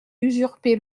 usurpé